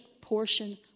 portion